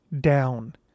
down